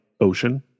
ocean